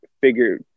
figure